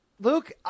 Luke